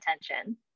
attention